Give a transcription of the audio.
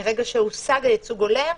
מרגע שהושג הייצוג ההולם,